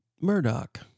Murdoch